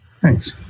Thanks